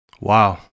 Wow